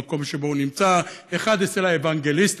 במקום שבו הוא נמצא: אחד אצל האוונגליסטים,